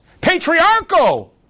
patriarchal